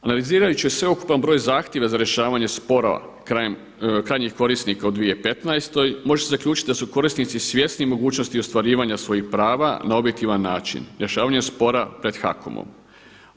Analizirajući sveukupan broj zahtjeva za rješavanje sporova krajnjih korisnika u 2015. može se zaključiti da su korisnici svjesni mogućnosti ostvarivanja svojih prava na objektivan način rješavanjem spora pred HAKOM-om.